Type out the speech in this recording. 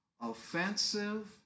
offensive